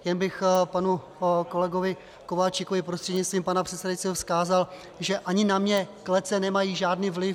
Jen bych panu kolegovi Kováčikovi prostřednictvím pana předsedajícího vzkázal, že ani na mě klece nemají žádný vliv.